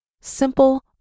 Simple